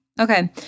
Okay